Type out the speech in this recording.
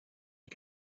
you